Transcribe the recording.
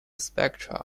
spectra